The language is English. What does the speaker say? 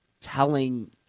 telling